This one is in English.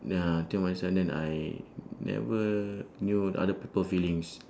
ya think of myself then I never knew other people feelings